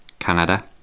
Canada